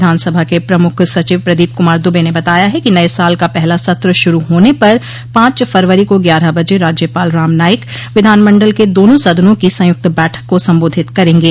विधानसभा के प्रमुख सचिव प्रदीप कुमार दुबे ने बताया है कि नये साल का पहला सत्र शुरू होने पर पांच फरवरी को ग्यारह बजे राज्यपाल राम नाईक विधानमंडल के दोनों सदनों की संयुक्त बैठक को संबोधित करेंगे